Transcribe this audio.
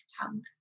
tongue